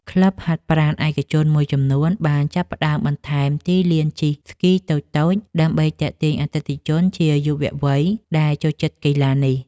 ក្លឹបហាត់ប្រាណឯកជនមួយចំនួន បានចាប់ផ្ដើមបន្ថែមទីលានជិះស្គីតូចៗ ដើម្បីទាក់ទាញអតិថិជនជាយុវវ័យដែលចូលចិត្តកីឡានេះ។